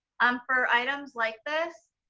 um for items like this,